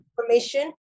information